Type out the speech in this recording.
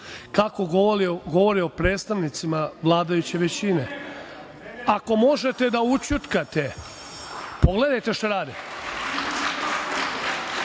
kako govori o predstavnicima vladajuće većine, ako možete da ućutkate, pogledajte šta